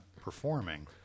performing